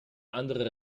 andere